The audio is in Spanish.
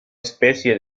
especie